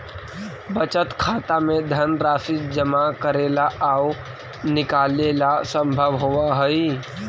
बचत खाता में धनराशि जमा करेला आउ निकालेला संभव होवऽ हइ